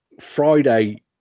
Friday